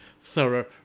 thorough